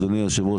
אדוני היושב ראש,